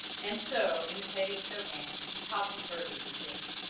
and so, imitating chopin, he topsy-turvied the shading.